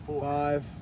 Five